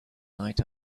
night